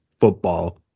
football